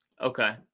Okay